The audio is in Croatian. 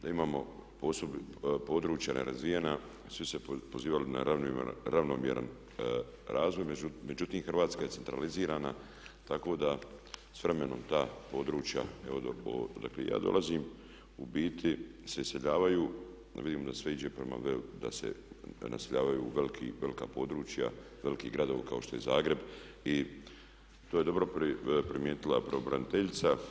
Da imamo područja nerazvijena, svi su se pozivali na ravnomjeran razvoj međutim Hrvatska je centralizirana tako da s vremenom ta područja evo odakle i ja dolazim u biti se iseljavaju, jer vidim da sve ide prema … da se naseljavaju u velika područja, velike gradove kao što je Zagreb i to je dobro primijetila pravobraniteljic.